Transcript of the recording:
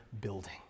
building